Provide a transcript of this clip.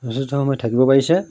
যথেষ্ট সময় থাকিব পাৰিছে